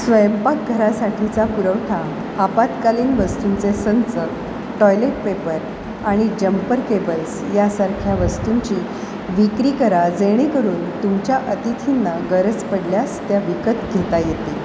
स्वयंपाकघरासाठीचा पुरवठा आपात्कालीन वस्तूंचे संच टॉयलेट पेपर आणि जम्पर केबल्स यासारख्या वस्तूंची विक्री करा जेणेकरून तुमच्या अतिथींना गरज पडल्यास त्या विकत घेता येतील